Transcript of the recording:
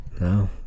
No